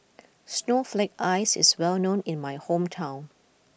Snowflake Ice is well known in my hometown